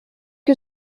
que